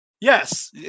Yes